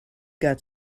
got